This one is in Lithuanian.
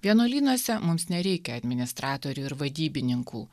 vienuolynuose mums nereikia administratorių ir vadybininkų